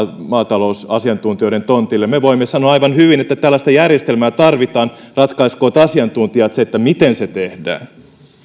maatalousasiantuntijoiden tontille me voimme sanoa aivan hyvin että tällaista järjestelmää tarvitaan ratkaiskoot asiantuntijat sen miten se tehdään